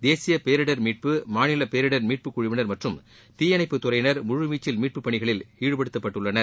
தேசிய பேரிடர் மீட்டு மாநில பேரிடர் மீட்பு குழுவினர் மற்றும் தீயணைப்பு துறையினர் முழு வீச்சல் மீட்பு பணிகளில் ஈடுபடுத்தப்பட்டுள்ளனர்